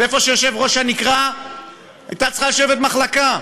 ואיפה שיושבת ראש הנקרה הייתה צריכה לשבת מחלקה,